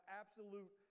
absolute